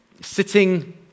sitting